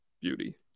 beauty